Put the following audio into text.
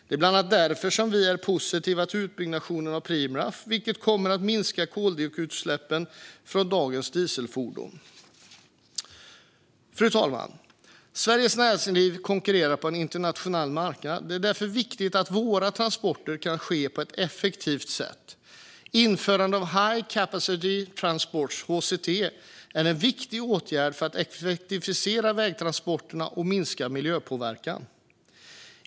Det är bland annat därför som vi är positiva till utbyggnaden av Preemraff, vilken kommer att minska koldioxidutsläppen från dagens dieselfordon. Fru talman! Sveriges näringsliv konkurrerar på en internationell marknad. Det är därför viktigt att våra transporter kan ske på ett effektivt sätt. Införande av High Capacity Transport, HCT, är en viktig åtgärd för att effektivisera vägtransporterna och minska miljöpåverkan.